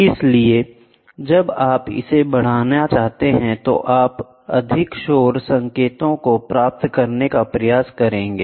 इसलिए जब आप इसे बढ़ाना चाहते हैं तो आप अधिक शोर संकेतों को प्राप्त करने का प्रयास करेंगे